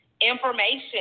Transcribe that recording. information